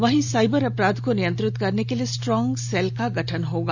वहीं साइबर अपराध को नियंत्रित करने के लिए स्ट्रांग सेल का गठन होगा